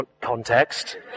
context